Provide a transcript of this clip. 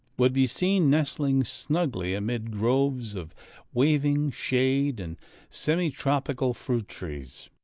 would be seen nestling snugly amid groves of waving shade and semi-tropical fruit trees.